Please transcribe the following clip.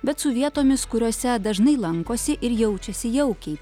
bet su vietomis kuriose dažnai lankosi ir jaučiasi jaukiai